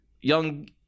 young